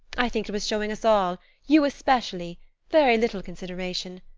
i think it was showing us all you especially very little consideration.